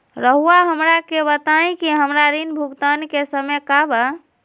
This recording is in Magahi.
रहुआ हमरा के बताइं कि हमरा ऋण भुगतान के समय का बा?